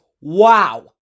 wow